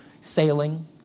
sailing